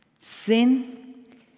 Sin